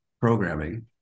programming